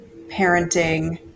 parenting